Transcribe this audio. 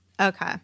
Okay